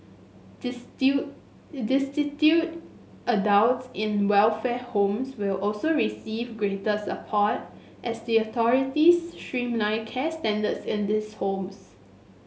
destitute adults in welfare homes will also receive greater support as the authorities streamline care standards in these homes